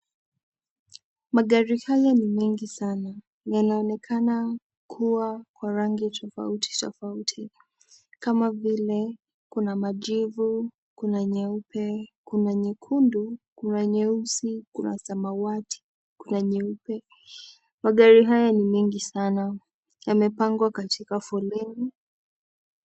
Magari haya ni mengi sana yanaonekana kuwa kwa rangi tofauti tofauti kama vile kuna majivu , kuna nyeupe , kuna nyekundu , kuna nyeusi ,kuna samawati , kuna nyeupe . Magari haya ni mengi sana yamepangwa katika foleni